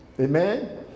Amen